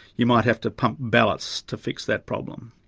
you might have to pump ballast to fix that problem.